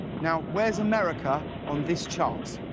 now where is america on this chart?